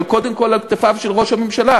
אבל קודם כול על כתפיו של ראש הממשלה.